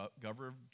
governor